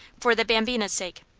for the bambina's sake.